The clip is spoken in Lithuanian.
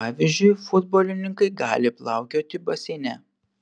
pavyzdžiui futbolininkai gali plaukioti baseine